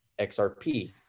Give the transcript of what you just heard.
xrp